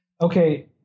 Okay